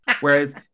Whereas